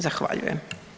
Zahvaljujem.